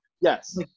Yes